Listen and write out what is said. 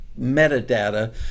metadata